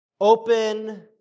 Open